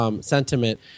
sentiment